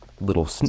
little